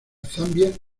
zambia